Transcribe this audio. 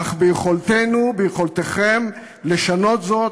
אך ביכולתנו, ביכולתכם, לשנות זאת.